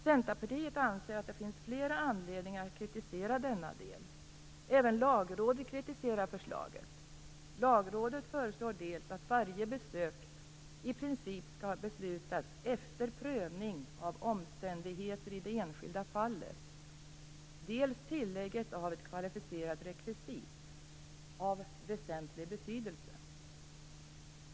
Centerpartiet anser att det finns flera anledningar att kritisera denna del. Även Lagrådet kritiserar förslaget. Lagrådet föreslår dels att varje besök i princip skall beslutas efter prövning av omständigheter i det enskilda fallet, dels tillägget av ett kvalificerat rekvisit, "av väsentlig betydelse".